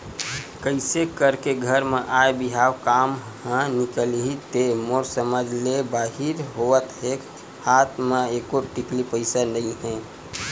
कइसे करके घर म आय बिहाव काम ह निकलही ते मोर समझ ले बाहिर होवत हे हात म एको टिकली पइसा नइ हे